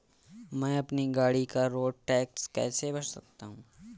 मैं अपनी गाड़ी का रोड टैक्स कैसे भर सकता हूँ?